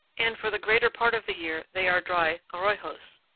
and for the greater part of the year they are dry arroyos.